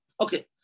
Okay